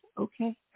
okay